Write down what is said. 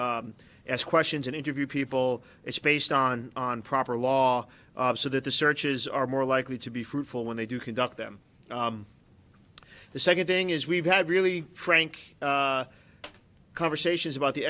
ask questions and interview people it's based on on proper law so that the searches are more likely to be fruitful when they do conduct them the second thing is we've had really frank conversations